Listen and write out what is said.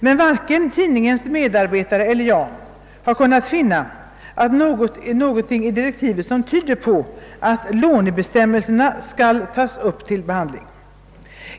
Men varken tidningens medarbetare eller jag har kunnat finna något i direktiven som tyder på att lånebestämmelserna skall tas upp till behandling.